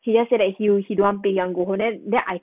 he just say that he dont want play he want go home then then I